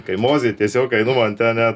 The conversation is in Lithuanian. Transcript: kai mozė tiesiog einu man ten net